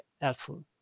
helpful